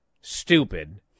stupid